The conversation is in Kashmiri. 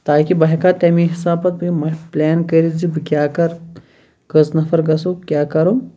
تاکہِ بہٕ ہیٚکہ ہا تمے حِساب پَتہٕ مشور پٕلین کٔرِتھ زِ بہٕ کیاہ کَرٕ کٔژ نَفَر گَژھو کیاہ کَرو